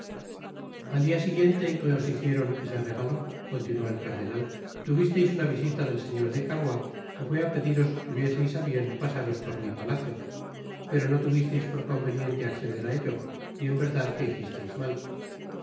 al dia siguiente en que os hicieron ese regalo continuó el cardenal tuvisteis una visita del señor de cavois que fué á pediros tuvieseis á bien pasaros por mi palacio pero no tuvisteis por conveniente acceder á ello y en verdad que hicisteis mal